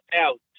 out